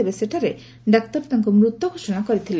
ତେବେସେଠାରେ doctor ତାଙ୍କୁ ମୃତ ଘୋଷଣା କରିଥିଲେ